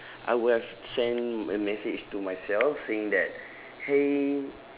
I would have sent a message to myself saying that !hey!